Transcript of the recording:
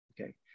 Okay